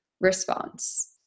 response